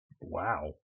Wow